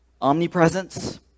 Omnipresence